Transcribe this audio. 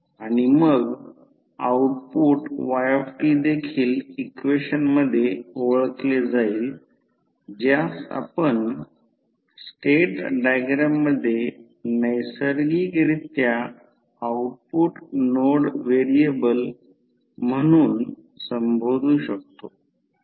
आणि मग output yt देखील इक्वेशन मध्ये ओळखले जाईल ज्यास आपण स्टेट डायग्राम मध्ये नैसर्गिकरित्या आउटपुट नोड व्हेरिएबल म्हणून संबोधू शकतो